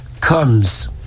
comes